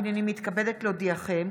הינני מתכבדת להודיעכם,